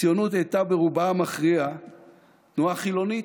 הציונות הייתה ברובה המכריע תנועה חילונית,